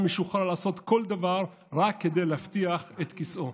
משוחרר לעשות כל דבר רק כדי להבטיח את כיסאו.